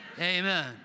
Amen